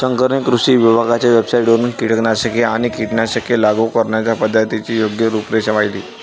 शंकरने कृषी विभागाच्या वेबसाइटवरून कीटकनाशके आणि कीटकनाशके लागू करण्याच्या पद्धतीची योग्य रूपरेषा पाहिली